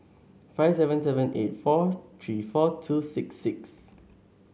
five seven seven eight four three four two six six